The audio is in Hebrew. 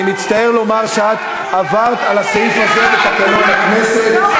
אני מצטער לומר שאת עברת על הסעיף הזה בתקנון הכנסת.